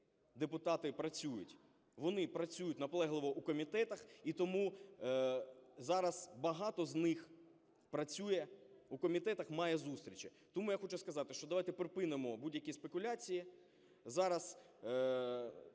депутати працюють, вони працюють наполегливо у комітетах і тому зараз багато з них працює, у комітетах має зустрічі. Тому я хочу сказати, що давайте припинимо будь-які спекуляції.